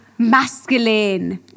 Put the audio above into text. Masculine